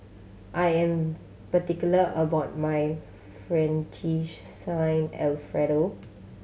I am particular about my Fettuccine Alfredo